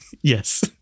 Yes